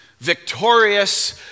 Victorious